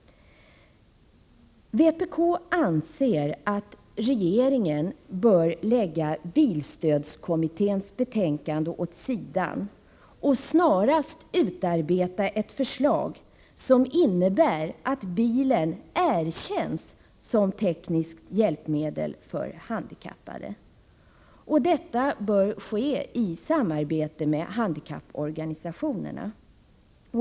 Vpk anser att regeringen bör lägga bilstödskommitténs betänkande åt sidan och att man snarast bör utarbeta ett förslag som innebär att bilen erkänns som tekniskt hjälpmedel för handikappade. Detta bör ske i samarbete med handikapporganisationerna.